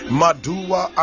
madua